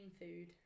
food